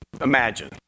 imagine